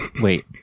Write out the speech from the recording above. Wait